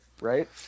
Right